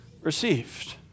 received